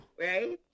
right